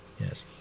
Yes